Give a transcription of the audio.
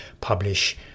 publish